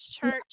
church